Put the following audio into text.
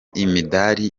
imidari